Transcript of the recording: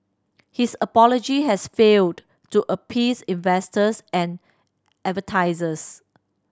his apology has failed to appease investors and advertisers